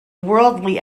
worldly